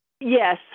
Yes